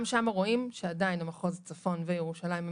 גם שם רואים שמחוז הצפון וירושלים,